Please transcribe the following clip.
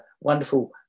wonderful